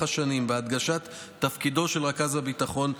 השנים בהדגשת תפקידו של רכז הביטחון,